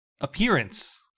appearance